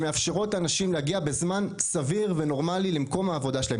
שמאפשרות לאנשים להגיע בזמן סביר ונורמלי למקומות העבודה שלהם.